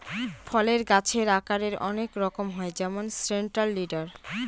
ফলের গাছের আকারের অনেক রকম হয় যেমন সেন্ট্রাল লিডার